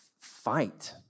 fight